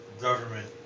government